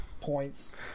points